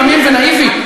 תמים ונאיבי,